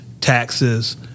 taxes